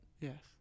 Yes